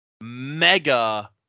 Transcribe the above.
mega